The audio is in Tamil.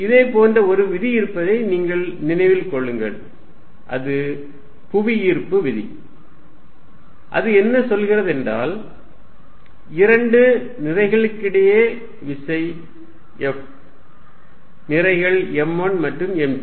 இதேபோன்ற ஒரு விதி இருப்பதை நீங்கள் நினைவில் கொள்ளுங்கள் அது புவிஈர்ப்பு விதி அது என்ன சொல்கிறது என்றால் இரண்டு நிறைகளுக்கிடையேயான விசை F நிறைகள் m1 மற்றும் m2